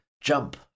jump